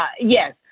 yes